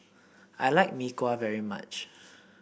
I like Mee Kuah very much